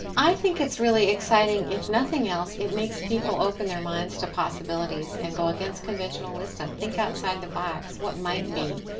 i think it's really exciting if nothing else it makes people open their minds to possibilities and go against conventional wisdom, think outside the box, what might be.